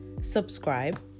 subscribe